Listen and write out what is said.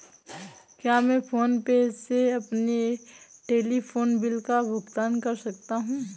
क्या मैं PhonePe से अपने टेलीफोन बिल का भुगतान कर सकता हूँ?